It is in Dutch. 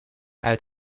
uit